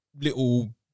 little